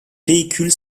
véhicules